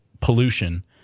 pollution